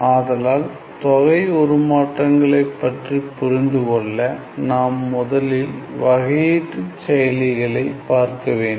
ஆதலால் தொகை உருமாற்றங்களைப் பற்றிப் புரிந்து கொள்ள நாம் முதலில் வகையீட்டுச் செயலிகளை பார்க்க வேண்டும்